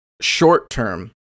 short-term